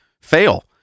fail